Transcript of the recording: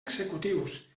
executius